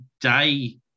Day